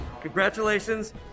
Congratulations